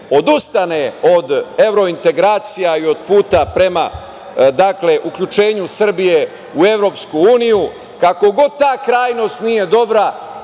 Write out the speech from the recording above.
odustane od evrointegracija i od puta prema uključenju Srbije u EU, kako god ta krajnost nije dobra,